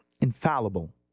infallible